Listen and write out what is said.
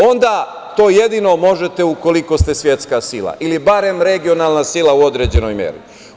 Onda to jedino možete ukoliko ste svetska sila ili barem regionalna sila u određenoj meri.